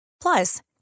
Plus